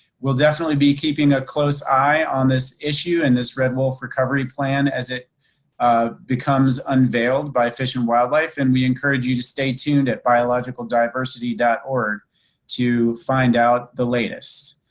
we'll definitely be keeping a close eye on this issue and this red wolf recovery plan as it becomes unveiled by fish and wildlife, and we encourage you to stay tuned at biologicaldiversity dot org to find out the latest.